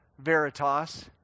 Veritas